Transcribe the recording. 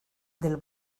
del